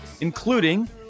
including